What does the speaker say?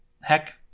heck